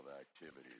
activities